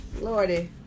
lordy